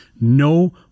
No